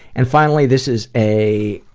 and finally, this is a,